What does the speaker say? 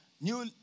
New